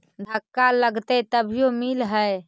धक्का लगतय तभीयो मिल है?